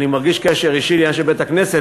אני מרגיש קשר אישי לעניין של בית-הכנסת.